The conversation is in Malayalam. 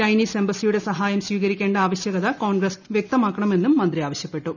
ചൈസ്ട്രീസ് ് എംബസിയുടെ സഹായം സ്വീകരിക്കേണ്ട ആവശ്യകൃ ്യക്കോൺഗ്രസ് വ്യക്തമാക്കണമെന്നും മന്ത്രി ആവശ്യപ്പെട്ടു